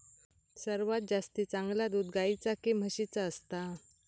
सर्वात जास्ती चांगला दूध गाईचा की म्हशीचा असता?